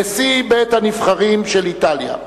נשיא בית-הנבחרים של איטליה.